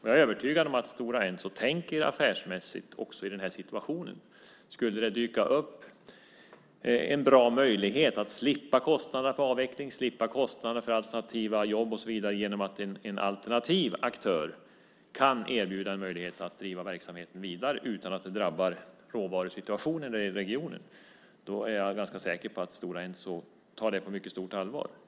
Jag är övertygad om att Stora Enso tänker affärsmässigt också i den här situationen. Om det skulle dyka upp en bra möjlighet att slippa kostnaderna för avveckling och alternativa jobb genom att en alternativ aktör kan erbjuda möjlighet att driva verksamheten vidare utan att det drabbar råvarusituationen i regionen är jag ganska säker på Stora Enso tar det på mycket stort allvar.